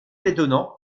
d’étonnant